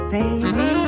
Baby